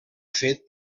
fet